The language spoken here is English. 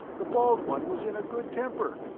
the bald one was in a good temper.